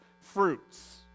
fruits